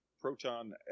Proton